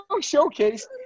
showcase